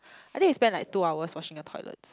I think he spend like two hours washing the toilets